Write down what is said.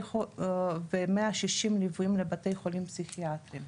ו-160 ליוויים לבתי חולים פסיכיאטריים.